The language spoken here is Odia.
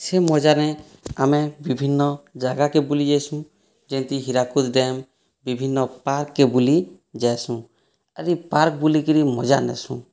ସେ ମଜାନେ ଆମେ ବିଭିନ୍ନ ଜାଗାକେ ବୁଲି ଯାଏସୁଁ ଯେନ୍ତି ହୀରାକୁଦ୍ ଡ଼୍ୟାମ୍ ବିଭିନ୍ନ ପାର୍କ୍କେ ବୁଲି ଯାଏସୁଁ ଆର୍ ଇ ପାର୍କ୍ ବୁଲିକିରି ମଜା ନେସୁଁ